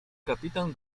kapitan